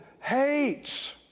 hates